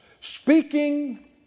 Speaking